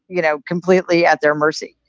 you know, completely at their mercy.